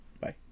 Bye